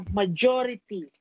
majority